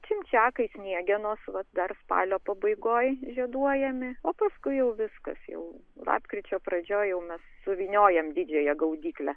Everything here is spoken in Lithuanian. čimčiakai sniegenos vat dar spalio pabaigoj žieduojami o paskui jau viskas jau lapkričio pradžioj jau mes suvyniojam didžiąją gaudyklę